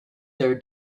their